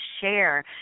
share